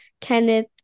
Kenneth